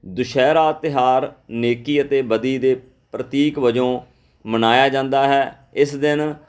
ਦੁਸ਼ਹਿਰਾ ਤਿਉਹਾਰ ਨੇਕੀ ਅਤੇ ਬਦੀ ਦੇ ਪ੍ਰਤੀਕ ਵਜੋਂ ਮਨਾਇਆ ਜਾਂਦਾ ਹੈ ਇਸ ਦਿਨ